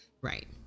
Right